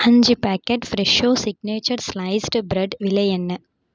அஞ்சு packet Fresho signature sliced bread விலை என்ன